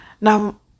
Now